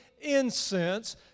incense